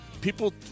people